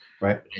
Right